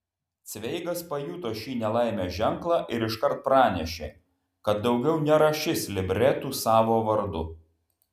cveigas pajuto šį nelaimės ženklą ir iškart pranešė kad daugiau nerašys libretų savo vardu